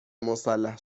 مسلح